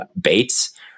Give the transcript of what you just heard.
Bates